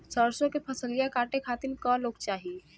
सरसो के फसलिया कांटे खातिन क लोग चाहिए?